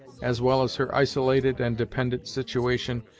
as well as her isolated and dependant situation,